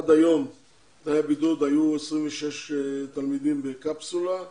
עד היום תנאי הבידוד היו 26 תלמידים בקפסולות.